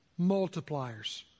multipliers